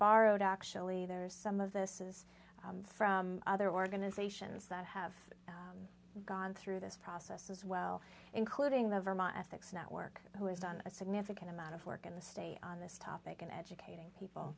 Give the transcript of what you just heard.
borrowed actually there's some of this is from other organizations that have gone through this process as well including the vermont ethics network who has done a significant amount of work in the state on this topic in educating people